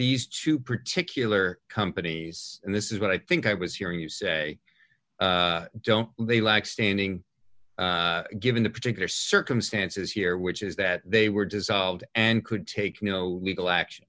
these two particular companies and this is what i think i was hearing you say don't they lack standing given the particular circumstances here which is that they were dissolved and could take no legal action